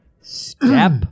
step